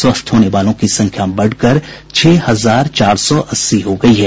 स्वस्थ होने वालों की संख्या बढ़कर छह हजार चार सौ अस्सी हो गयी है